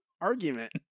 argument